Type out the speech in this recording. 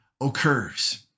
occurs